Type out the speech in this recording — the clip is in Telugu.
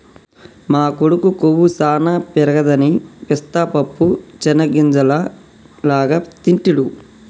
మా కొడుకు కొవ్వు సానా పెరగదని పిస్తా పప్పు చేనిగ్గింజల లాగా తింటిడు